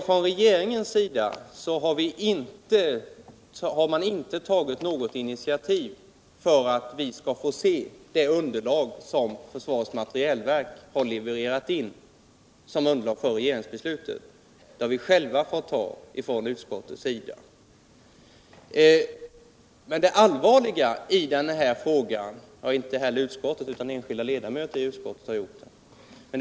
Från regeringens sida har inte något initiativ tagits för att vi skall få se det underlag som försvarets materielverk har levererat in som underlag för regeringsbeslutet, utan det materialet har vi — enskilda ledamöter i utskottet — själva fått ta fram.